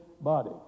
body